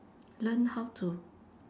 learn how to